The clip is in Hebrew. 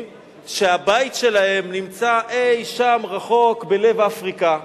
אנשים שהבית שלהם נמצא אי-שם, רחוק, בלב אפריקה,